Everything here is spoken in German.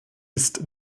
ist